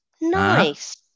Nice